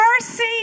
mercy